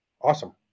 Awesome